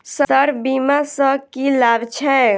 Sir बीमा सँ की लाभ छैय?